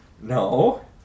No